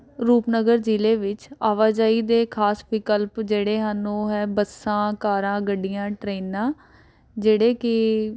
ਰੂਪਨਗਰ ਜ਼ਿਲ੍ਹੇ ਵਿੱਚ ਆਵਾਜਾਈ ਦੇ ਖਾਸ ਵਿਕਲਪ ਜਿਹੜੇ ਹਨ ਉਹ ਹੈ ਬੱਸਾਂ ਕਾਰਾਂ ਗੱਡੀਆਂ ਟ੍ਰੇਨਾਂ ਜਿਹੜੇ ਕਿ